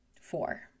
Four